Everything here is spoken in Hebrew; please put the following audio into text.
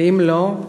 ואם לא,